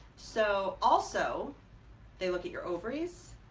so also they look at your ovaries.